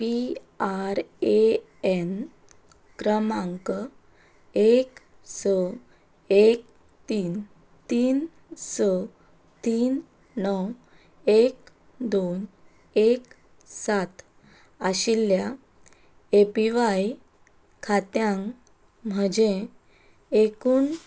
P R A N क्रमांक एक स एक तीन तीन स तीन णव एक दोन एक सात आशिल्ल्या ए पी व्हाय खात्यांत म्हजें एकूण